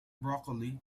broccoli